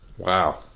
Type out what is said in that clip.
Wow